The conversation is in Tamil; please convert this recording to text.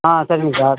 ஆ சரிங்க சார்